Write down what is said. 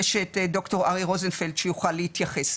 ויש את ד"ר אריה רוזנפלד שיוכל להתייחס.